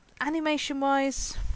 animation-wise